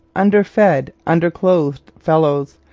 under-fed, under-clothed fellows,